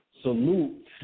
Salute